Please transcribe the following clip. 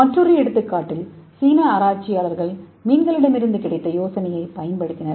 மற்றொரு எடுத்துக்காட்டில் சீன ஆராய்ச்சியாளர்கள் மீன்களிடமிருந்து கிடைத்த யோசனையைப் பயன்படுத்தினர்